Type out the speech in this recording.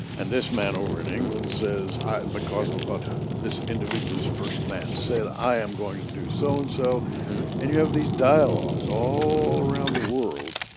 and this man over in england says because of what this individual's first man said i am going to do so-and-so and you have these dialogues all around the world